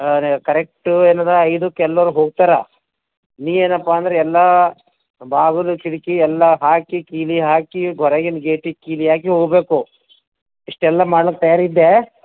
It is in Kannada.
ಅರೆ ಕರೆಕ್ಟು ಏನಿದೆ ಐದಕ್ಕೆ ಎಲ್ಲರೂ ಹೋಗ್ತಾರೆ ನೀನು ಏನಪ್ಪ ಅಂದ್ರೆ ಎಲ್ಲ ಬಾಗಿಲು ಕಿಟಿಕಿ ಎಲ್ಲ ಹಾಕಿ ಕೀಲಿ ಹಾಕಿ ಹೊರಗಿನ ಗೇಟಿಗೆ ಕೀಲಿ ಹಾಕಿ ಹೋಗ್ಬೇಕು ಇಷ್ಟೆಲ್ಲ ಮಾಡಕ್ಕೆ ತಯಾರಿದ್ದೀ